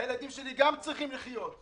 הילדים גם צריכים לחיות.